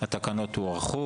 הצו הוארך.